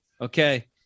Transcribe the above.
Okay